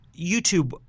YouTube